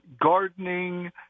gardening